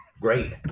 great